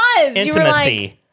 intimacy